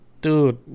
Dude